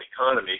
economy